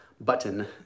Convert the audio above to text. button